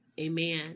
Amen